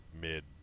mid